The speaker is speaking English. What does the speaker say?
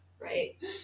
right